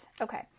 Okay